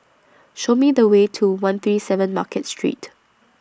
Show Me The Way to one three seven Market Street